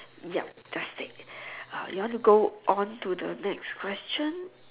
ya fantastic uh you want to go on to the next question